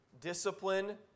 discipline